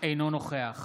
אינו נוכח